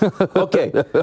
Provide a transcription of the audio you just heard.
Okay